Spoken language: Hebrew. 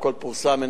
הכול פורסם,